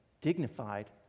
dignified